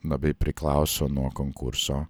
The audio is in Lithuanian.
labai priklauso nuo konkurso